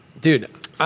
dude